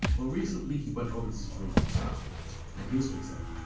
well recently he went over the situation with sky sports and heres what he said.